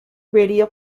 radio